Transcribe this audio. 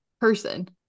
person